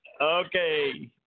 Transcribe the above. Okay